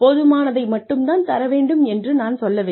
போதுமானதை மட்டும் தான் தர வேண்டும் என்று நான் சொல்லவில்லை